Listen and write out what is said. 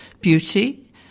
beauty